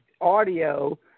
audio